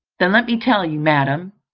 then let me tell you, madam,